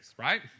right